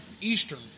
Eastern